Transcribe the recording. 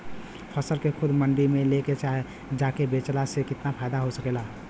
फसल के खुद मंडी में ले जाके बेचला से कितना फायदा हो सकेला?